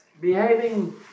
behaving